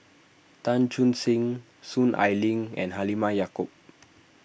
Chan Chun Sing Soon Ai Ling and Halimah Yacob